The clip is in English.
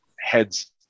heads